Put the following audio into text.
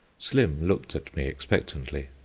slim looked at me expectantly.